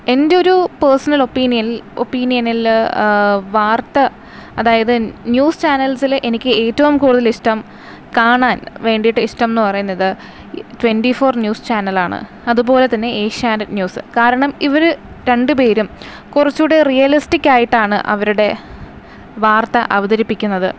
എൻ്റെ ഒരു personal opinion ഒപ്പീനിയനിലിൽ വാർത്ത അതായത് ന്യൂസ് ചാനൽസിൽ എനിക്ക് ഏറ്റവും കൂടുതലിഷ്ടം കാണാൻ വേണ്ടിയിട്ട് ഇഷ്ടം എന്ന് പറയുന്നത് ട്വൻറ്റി ഫോർ ന്യൂസ് ചാനലാണ് അതുപോലെ തന്നെ ഏഷ്യാനെറ്റ് ന്യൂസ് കാരണം ഇവർ രണ്ട് പേരും കുറച്ച് കൂടെ റിയലിസ്റ്റിക്കായിട്ടാണ് അവരുടെ വാർത്ത അവതരിപ്പിക്കുന്നത്